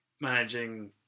managing